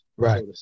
Right